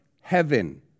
heaven